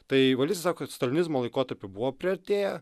tai valickis sako kad stalinizmo laikotarpiu buvo priartėję